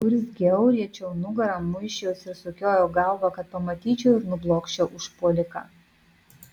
urzgiau riečiau nugarą muisčiausi ir sukiojau galvą kad pamatyčiau ir nublokščiau užpuoliką